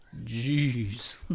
Jeez